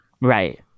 Right